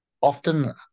often